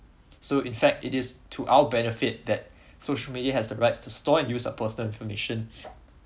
so in fact it is to our benefit that social media has the rights to store and use our personal information